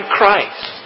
Christ